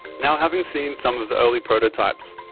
now having seen some of the early prototypes,